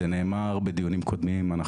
זה נאמר בדיונים קודמים,